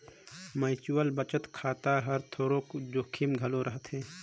mutual बचत खाता हर थोरोक जोखिम घलो रहथे